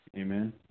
Amen